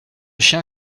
chien